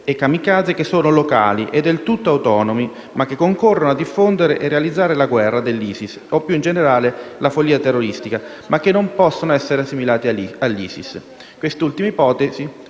e kamikaze locali e del tutto autonomi, che concorrono a diffondere e realizzare la guerra dell'ISIS o, più in generale, la follia terroristica, ma che non possono essere assimilate all'ISIS o ad altre